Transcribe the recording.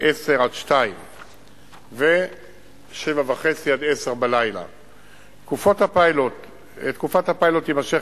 10:00 14:00 ו-19:30 22:00. תקופת הפיילוט תימשך